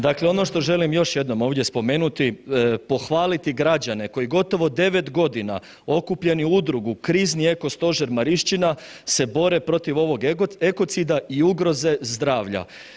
Dakle, ono što želim još jednom ovdje spomenuti, pohvaliti građane koji gotovo 9.g. okupljeni u Udrugu krizni eko stožer Marišćina se bore protiv ovog ekocida i ugroze zdravlja.